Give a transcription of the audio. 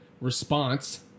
response